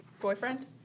boyfriend